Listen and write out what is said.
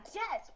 yes